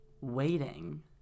waiting